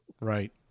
Right